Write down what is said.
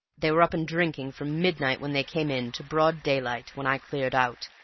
they were up and drinking from midnight, when they came in, to broad daylight, when i cleared out.